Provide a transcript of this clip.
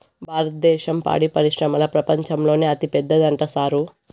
భారద్దేశం పాడి పరిశ్రమల ప్రపంచంలోనే అతిపెద్దదంట సారూ